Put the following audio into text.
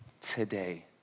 today